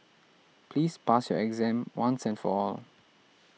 please pass your exam once and for all